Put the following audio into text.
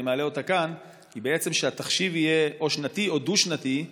מעלה אותה כאן היא שהתחשיב יהיה או שנתי או דו-שנתי,